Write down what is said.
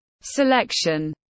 Selection